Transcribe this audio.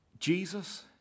Jesus